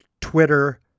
Twitter